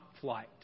flight